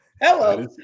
hello